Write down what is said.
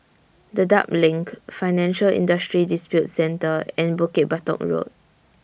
Dedap LINK Financial Industry Disputes Center and Bukit Batok Road